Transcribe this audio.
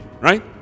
Right